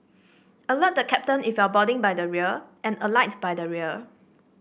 alert the captain if you're boarding by the rear and alight by the rear